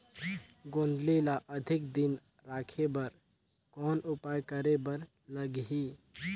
गोंदली ल अधिक दिन राखे बर कौन उपाय करे बर लगही?